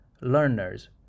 learners